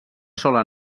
sola